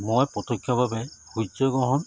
মই প্ৰত্যক্ষভাৱে সূৰ্যগ্ৰহণ